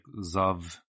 Zav